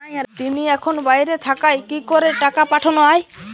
তিনি এখন বাইরে থাকায় কি করে টাকা পাঠানো য়ায়?